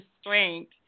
strength